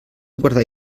guardar